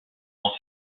dans